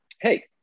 Hey